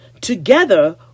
Together